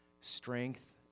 Strength